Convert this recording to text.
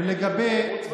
שירות צבאי,